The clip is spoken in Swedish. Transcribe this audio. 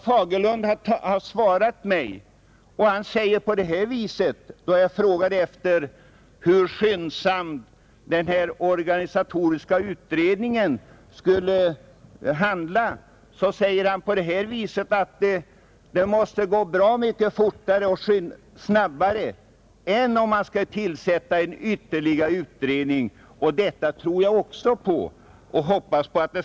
Som svar på min fråga om hur skyndsamt denna organisatoriska utredning kommer att arbeta har herr Fagerlund sagt, att det måste gå bra mycket snabbare på detta sätt än om man tillsätter ytterligare en utredning. Detta tror jag också på.